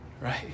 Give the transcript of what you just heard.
right